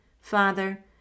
Father